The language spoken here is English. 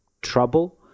trouble